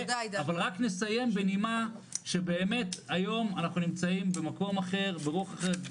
אבל לסיים בנימה שבאמת היום אנחנו נמצאים במקום אחר ורוח אחרת.